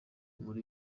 muri